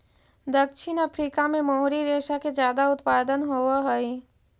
दक्षिण अफ्रीका में मोहरी रेशा के ज्यादा उत्पादन होवऽ हई